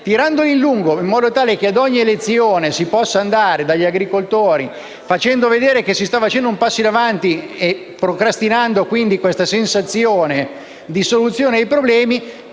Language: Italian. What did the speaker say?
tirandoli in lungo, in modo tale che a ogni elezione si possa andare dagli agricoltori facendo vedere che si sta facendo un passo in avanti, procrastinando la possibile soluzione ai problemi,